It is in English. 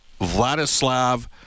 Vladislav